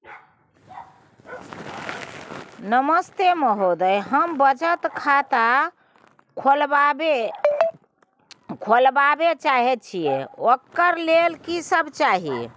नमस्ते महोदय, हम बचत खाता खोलवाबै चाहे छिये, ओकर लेल की सब चाही?